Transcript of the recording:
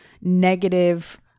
negative